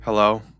Hello